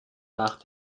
nach